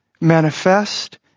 manifest